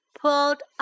pulled